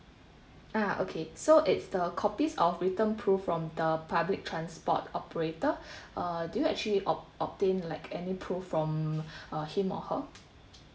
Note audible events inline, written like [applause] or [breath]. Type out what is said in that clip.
ah okay so it's the copies of written proof from the public transport operator [breath] uh do you actually obt~ obtain like any proof from [breath] uh him or her